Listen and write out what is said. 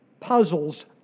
Puzzles